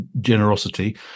generosity